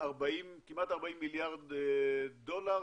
כמעט 40 מיליארד דולר